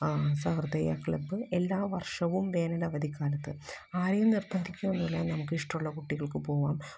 സഹൃദയ club എല്ലാ വര്ഷവും വേനലവധിക്കാലത്ത് ആരെയും നിര്ബന്ധിക്കുമൊന്നുമില്ല നമുക്ക് ഇഷ്ടമുള്ള കുട്ടികള്ക്ക് പോവാം